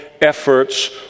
efforts